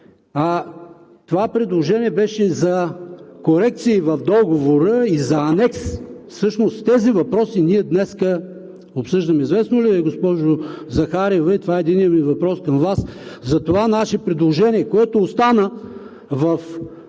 Това предложение беше за корекции и в Договора, и за анекс. Всъщност тези въпроси ние днес обсъждаме. Известно ли Ви е, госпожо Захариева, и това е единият ми въпрос към Вас, за това наше предложение, което остана в архивите на